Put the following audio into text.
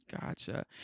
Gotcha